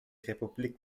republik